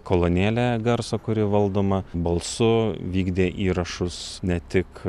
kolonėlė garso kuri valdoma balsu vykdė įrašus ne tik